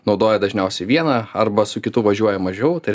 naudoja dažniausiai vieną arba su kitu važiuoja mažiau tai